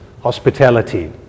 hospitality